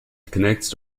connects